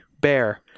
Bear